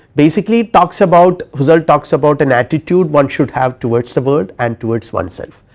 basically talks about husserl talks about an attitude, one should have towards the world and towards oneself,